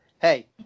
Hey